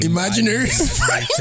Imaginary